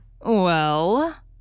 Well